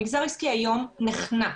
המגזר העסקי היום נחנק,